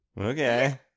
Okay